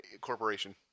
Corporation